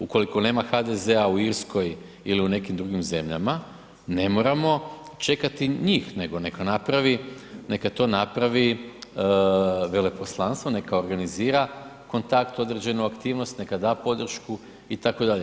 Ukoliko nema HDZ-a u Irskoj ili u nekim drugim zemljama, ne moramo čekati njih, nego neka napravi, neka to napravi veleposlanstvo neka organizira kontakt, određenu aktivnost, neka da podršku itd.